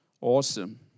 Awesome